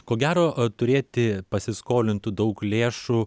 ko gero turėti pasiskolintų daug lėšų